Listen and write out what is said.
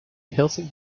healthy